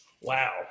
wow